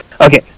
okay